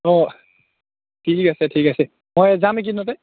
অঁ ঠিক আছে ঠিক আছে মই যাম এইকেইদিনতে